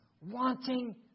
wanting